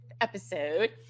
episode